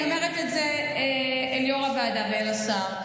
אני אומרת את זה אל יו"ר הוועדה ואל השר,